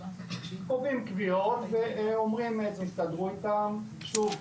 קובעים קביעות ואומרים, תסתדרו איתן שוב,